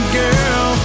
girl